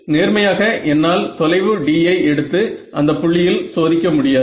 நேர்மையாக என்னால் தொலைவு d யை எடுத்து அந்த புள்ளியில் சோதிக்க முடியாது